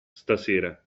stasera